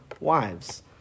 wives